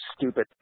stupid